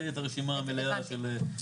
די את הרשימה המלאה של זה.